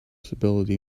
stability